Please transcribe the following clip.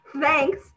thanks